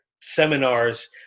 seminars